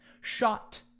shot